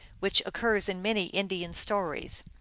which occurs in many indian stories.